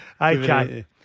Okay